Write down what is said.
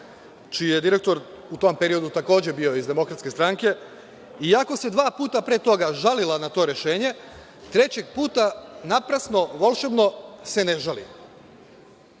čiji je direktor u tom periodu takođe bio iz DS, iako se dva puta pre toga žalila na to rešenje, trećeg puta se naprasno, volšebno ne žali,